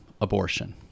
abortion